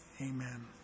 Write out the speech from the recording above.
Amen